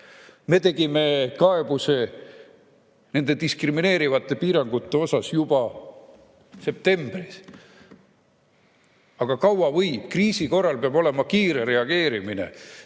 Me esitasime kaebuse diskrimineerivate piirangute kohta juba septembris. Aga kaua võib? Kriisi korral peab olema kiire reageerimine.